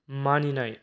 मानिनाय